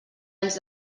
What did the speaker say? anys